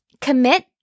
Commit